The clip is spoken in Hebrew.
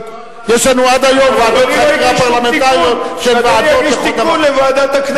יש לנו עד היום ועדות חקירה פרלמנטריות שהן ועדות לכל דבר.